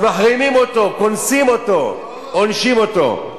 אז מחרימים אותו, קונסים אותו, עונשים אותו.